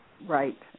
right